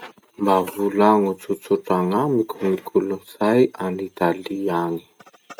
Mba volagno tsotsotra gn'amiko hoe gny kolotsay an'Italie agny?